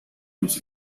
los